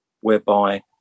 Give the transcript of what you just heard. whereby